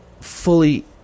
fully